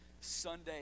Sunday